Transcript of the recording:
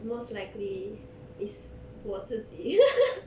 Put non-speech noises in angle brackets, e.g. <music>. most likely is 我自己 <laughs>